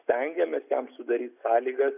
stengiamės jam sudaryt sąlygas